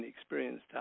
experienced